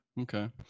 okay